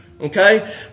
okay